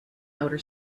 outer